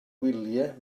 wyliau